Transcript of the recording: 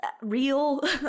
Real